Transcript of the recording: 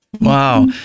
Wow